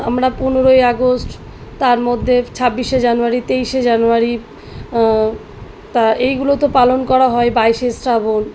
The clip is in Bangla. আমরা পনেরোই আগস্ট তার মধ্যে ছাব্বিশে জানুয়ারি তেইশে জানুয়ারি তা এইগুলো তো পালন করা হয় বাইশে শ্রাবণ